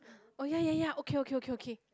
oh ya ya ya okay okay okay okay